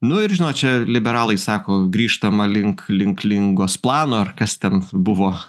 nu ir žinot čia liberalai sako grįžtama link link lingos plano ar kas ten buvo